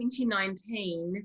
2019